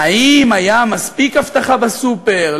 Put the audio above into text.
האם הייתה מספיק אבטחה בסופר,